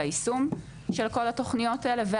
היישום ועל האפקטיביות של כל התוכניות האלה.